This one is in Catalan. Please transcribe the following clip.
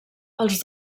els